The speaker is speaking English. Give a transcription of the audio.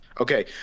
okay